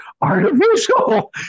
artificial